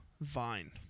vine